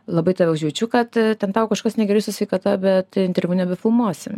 labai tave užjaučiu kad ten tau kažkas negerai su sveikata bet interviu nebefilmuosim